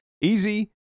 easy